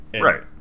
Right